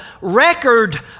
record